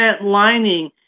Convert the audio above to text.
lining